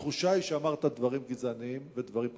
והתחושה היא שאמרת דברים גזעניים ודברים פוגעניים,